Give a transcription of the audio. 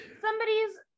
somebody's